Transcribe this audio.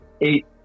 eight